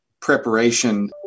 preparation